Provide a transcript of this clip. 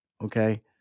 okay